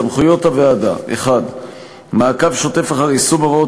סמכויות הוועדה: 1. מעקב שוטף אחר יישום הוראות